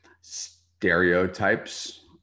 stereotypes